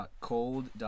Cold